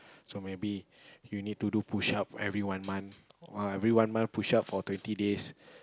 so maybe you need to do push up every one month uh every one month push up for twenty days